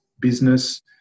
business